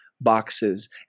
boxes